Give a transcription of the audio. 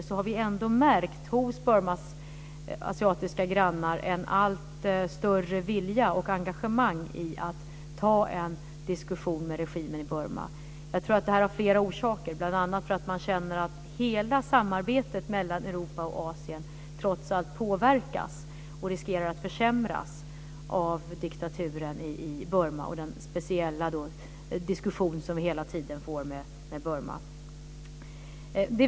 Men vi har ändå märkt en allt större vilja hos Burmas asiatiska grannar och engagemang när det gäller att ta en diskussion med regimen i Burma. Jag tror att detta har flera orsaker. Bl.a. beror det på att man känner att hela samarbetet mellan Europa och Asien trots allt påverkas och riskerar att försämras av diktaturen i Burma och den speciella diskussion som vi hela tiden för om Burma.